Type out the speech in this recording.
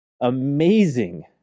amazing